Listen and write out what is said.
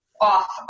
off